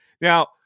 Now